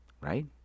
Right